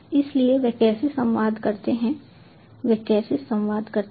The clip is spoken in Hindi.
इसलिए वे कैसे संवाद करते हैं वे कैसे संवाद करते हैं